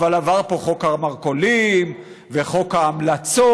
אבל עברו פה חוק המרכולים, וחוק ההמלצות,